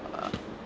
uh